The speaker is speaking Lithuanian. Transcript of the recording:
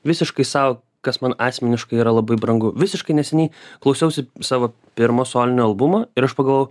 visiškai sau kas man asmeniškai yra labai brangu visiškai neseniai klausiausi savo pirmo solinio albumo ir aš pagalvojau